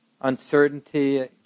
uncertainty